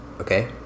okay